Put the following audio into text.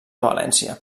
valència